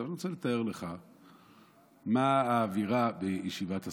מה האווירה בישיבת הסיעה.